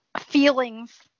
Feelings